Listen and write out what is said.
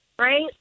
right